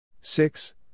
Six